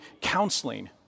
counseling